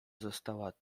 została